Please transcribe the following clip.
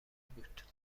بود